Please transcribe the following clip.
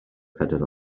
phedair